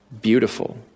beautiful